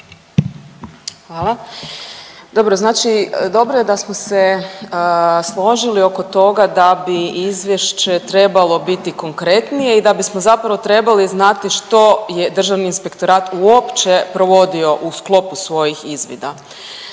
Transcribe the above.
znači dobro je da smo se složili oko toga da bi izvješće trebalo biti konkretnije i da bismo zapravo trebali znati što je državni inspektorat uopće provodio u sklopu svojih izvida.